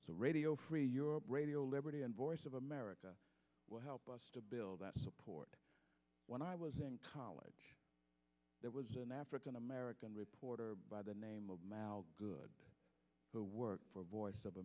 so radio free europe radio liberty and voice of america will help us to build that support when i was in college there was an african american reporter by the name of mao good who worked for voice of